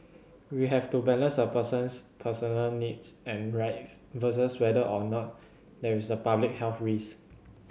we have to balance a person's personal needs and rights versus whether or not there is a public health risk